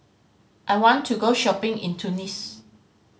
I want to go shopping in Tunis